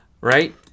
right